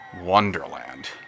Wonderland